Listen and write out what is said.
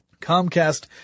Comcast